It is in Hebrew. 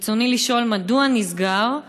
ברצוני לשאול: מדוע נסגר,